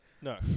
No